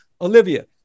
Olivia